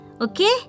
Okay